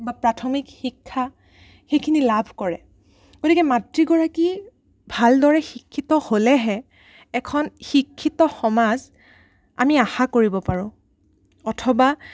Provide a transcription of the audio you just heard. বা প্ৰাথমিক শিক্ষা সেইখিনি লাভ কৰে গতিকে মাতৃগৰাকীয়ে ভালদৰে শিক্ষিত হ'লেহে এখন শিক্ষিত সমাজ আমি আশা কৰিব পাৰোঁ অথবা